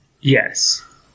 Yes